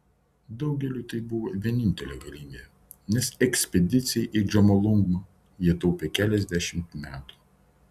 daugeliui tai buvo vienintelė galimybė nes ekspedicijai į džomolungmą jie taupė keliasdešimt metų